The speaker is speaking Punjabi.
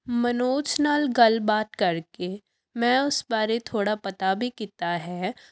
ਮਨੋਜ ਨਾਲ ਗੱਲਬਾਤ ਕਰਕੇ ਮੈਂ ਉਸ ਬਾਰੇ ਥੋੜ੍ਹਾ ਪਤਾ ਵੀ ਕੀਤਾ ਹੈ